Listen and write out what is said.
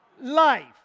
Life